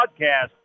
Podcast